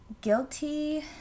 guilty